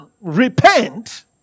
repent